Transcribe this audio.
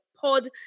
Pod